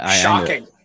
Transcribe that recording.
shocking